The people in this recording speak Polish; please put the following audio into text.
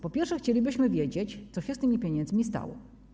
Po pierwsze, chcielibyśmy wiedzieć, co się z tymi pieniędzmi stało.